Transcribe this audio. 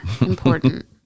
important